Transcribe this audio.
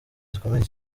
zikomeye